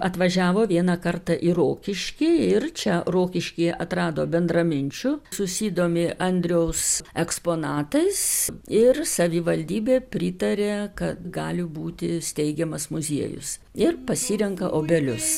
atvažiavo vieną kartą į rokiškį ir čia rokiškyje atrado bendraminčių susidomi andriaus eksponatais ir savivaldybė pritaria kad gali būti steigiamas muziejus ir pasirenka obelius